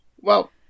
Well-